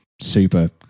super